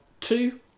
two